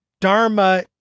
dharma